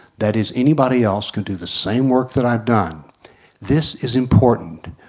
that is, anybody else can do the same work that i've done this is important.